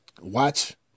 watch